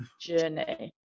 journey